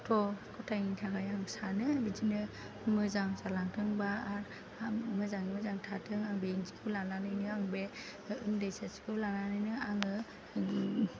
गथ' ग'थायनि थाखाय आं सानो बिदिनो मोजां जालांथों बा मोजाङै मोजां थाथों आं बेदिखौ लानानैनो आं बे उन्दै सासेखौ लानानैनो आङो